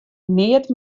neat